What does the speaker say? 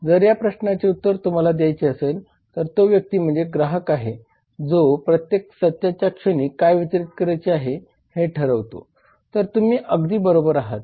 जर या प्रश्नाचे तुम्हाला उत्तर दयायचे असेल तर तो व्यक्ती म्हणजे ग्राहक आहे जो प्रत्येक सत्याच्या क्षणी काय वितरित करायचे आहे हे ठरवतो तर तुम्ही अगदी बरोबर आहात